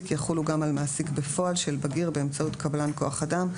יחולו גם על מעסיק בפועל של בגיר באמצעות קבלן כוח אדם,